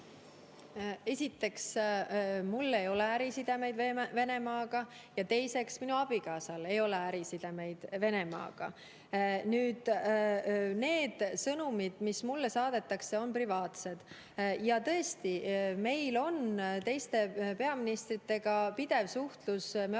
Esiteks, mul ei ole ärisidemeid Venemaaga, ja teiseks, minu abikaasal ei ole ärisidemeid Venemaaga. Nüüd, need sõnumid, mis mulle saadetakse, on privaatsed. Ja tõesti, meil on teiste peaministritega pidev suhtlus, me